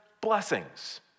blessings